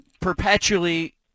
perpetually